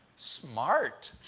smart.